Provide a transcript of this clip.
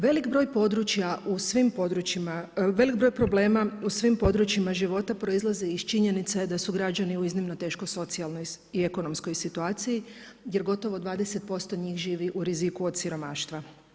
Velik broj područja u svim područjima, velik broj problema u svim područjima života proizlaze iz činjenice da su građani u iznimno teškoj socijalnoj i ekonomskoj situaciji jer gotovo 20% njih živi u riziku od siromaštva.